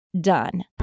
done